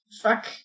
fuck